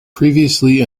previously